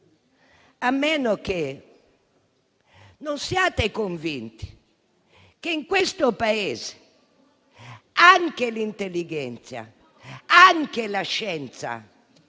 a meno che non siate convinti che in questo Paese anche l'intellighenzia, la scienza